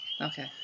Okay